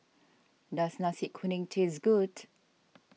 does Nasi Kuning taste good